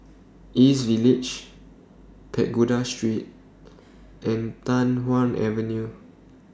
East Village Pagoda Street and Tai Hwan Avenue